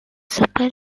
super